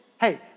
Hey